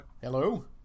Hello